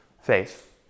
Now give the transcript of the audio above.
faith